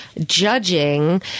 judging